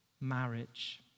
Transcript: marriage